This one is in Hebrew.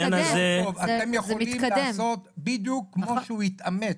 אתם יכולים לעשות בדיוק כמו שהוא התאמץ